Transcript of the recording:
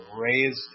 raised